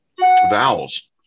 vowels